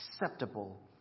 acceptable